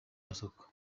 masoko